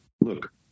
look